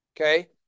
Okay